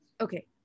Okay